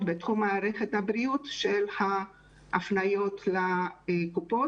בתחום מערכת הבריאות של ההפניות לקופות,